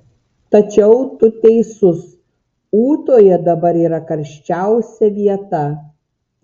tačiau tu teisus ūtoje dabar yra karščiausia vieta